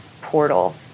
portal